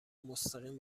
مستقیم